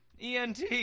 ENT